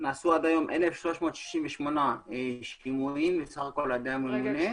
- נעשו עד היום סך הכול 1,368 שימועים על ידי הממונה.